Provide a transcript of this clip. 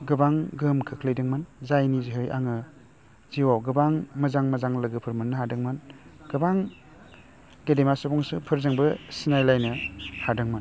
गोबां गोहोम खोख्लैदोंमोन जायनि जुनै आङो जिउआव गोबां मोजां मोजां लोगोफोर मोन्नो हादोंमोन गोबां गेदेमा सुबुंफोरजोंबो सिनायलायनो हादोंमोन